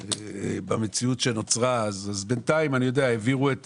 במירכאות, במציאות שנוצרה, בינתיים העבירו את